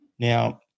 Now